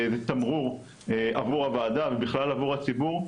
תמרור עבור הוועדה ובכלל עבור הציבור.